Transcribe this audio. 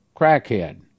crackhead